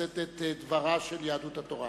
לשאת את דברה של יהדות התורה.